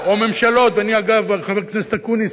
חבר הכנסת אקוניס,